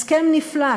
הסכם נפלא,